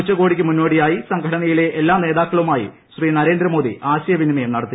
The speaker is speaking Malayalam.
ഉച്ചകോടിക്ക് മുന്നോടിയായി സംഘടനയിലെ എല്ലാ നേതാക്കളുമായും ശ്രീ ന്റരേന്ദ്രമോദി ആശയവിനിമയം നടത്തി